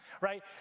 right